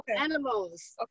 animals